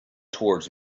towards